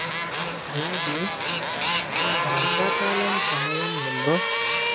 అలాగే వర్షాకాలం సమయాల్లో